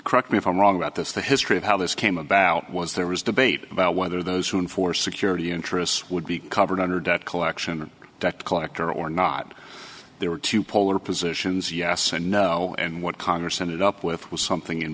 reform wrong about this the history of how this came about was there was debate about whether those who enforce security interests would be covered under debt collection that collector or not there were two polar positions yes and no and what congress sent it up with was something in